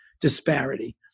disparity